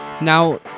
Now